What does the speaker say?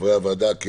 חברי הוועדה,